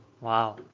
Wow